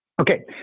Okay